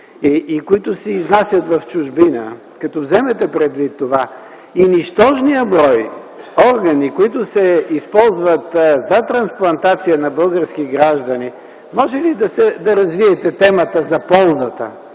и които се изнасят в чужбина, като вземете предвид това и нищожния брой органи, които се използват за трансплантация на български граждани, може ли да развиете темата за ползата?